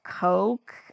Coke